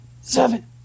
seven